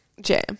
jam